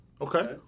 Okay